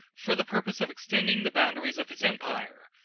for the purpose of extending the boundaries of his empire,